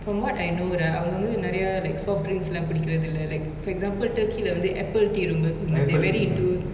from what I know ah அவங்க வந்து நெரயா:avanga vanthu neraya like soft drinks lah குடிகுரதிள்ள:kudikurathilla like for example turkey lah வந்து:vanthu apple tea ரொம்ப:romba must a very into